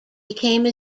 became